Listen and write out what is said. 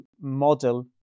model